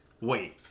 wait